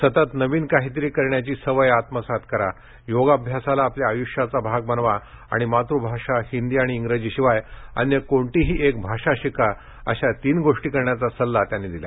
सतत नवीन काहीतरी करण्याची सवय आत्मसात करा योगाभ्यासाला आपल्या आयुष्याचा भाग बनवा आणि मातृभाषा हिंदी आणि इंग्रजी शिवाय अन्य कोणतीही एक भाषा शिका अशा तीन गोष्टी करण्याचा सल्ला त्यांनी दिला